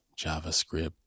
JavaScript